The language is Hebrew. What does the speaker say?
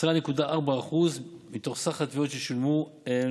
10.4% מתוך סך התביעות ששולמו הם